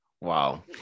Wow